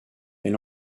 elle